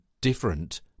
different